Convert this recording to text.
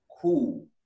Cool